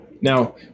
now